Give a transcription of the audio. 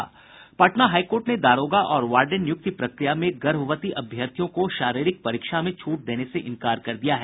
Patna high court ने दारोगा और वार्डेन नियुक्ति प्रक्रिया में गर्भवती अभ्यर्थियों को शारीरिक परीक्षा में छूट देने से इंकार कर दिया है